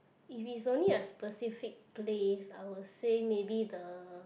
if it's only a specific place I would say maybe the